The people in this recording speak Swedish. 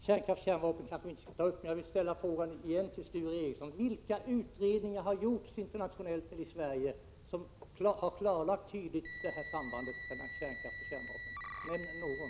Kärnkraft-kärnvapen skall vi kanske inte ta upp, men jag vill ställa frågan igen till Sture Ericson: Vilka utredningar har gjorts internationellt eller i Sverige, som tydligt har klarlagt sambandet mellan kärnkraft och kärnvapen? Nämn någon!